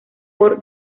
por